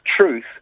truth